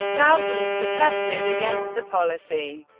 thousands protested against the policy.